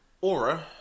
Aura